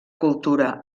cultura